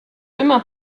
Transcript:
immer